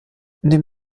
den